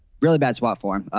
really bad spot for him.